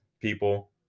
people